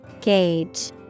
Gauge